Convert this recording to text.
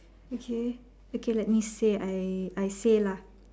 okay okay let me say I I say lah